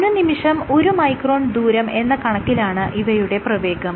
അനുനിമിഷം ഒരു മൈക്രോൺ ദൂരം എന്ന കണക്കിലാണ് ഇവയുടെ പ്രവേഗം